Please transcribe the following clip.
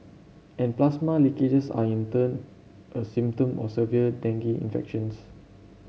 and plasma leakages are in turn a symptom of severe dengue infections